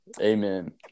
Amen